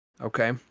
okay